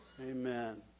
Amen